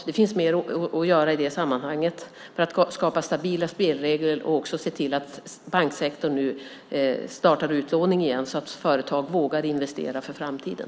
Det finns mer att göra i det sammanhanget för att skapa stabila spelregler och också se till att banksektorn nu startar utlåning igen så att företag vågar investera för framtiden.